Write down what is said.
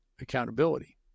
accountability